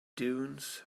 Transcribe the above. dunes